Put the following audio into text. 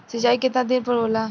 सिंचाई केतना दिन पर होला?